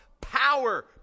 Power